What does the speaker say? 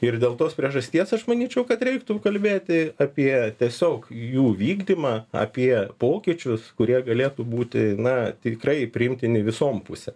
ir dėl tos priežasties aš manyčiau kad reiktų kalbėti apie tiesiog jų vykdymą apie pokyčius kurie galėtų būti na tikrai priimtini visom pusėm